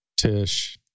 Tish